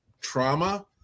trauma